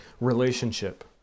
Relationship